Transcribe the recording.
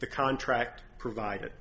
the contract provided